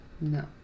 No